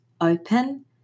open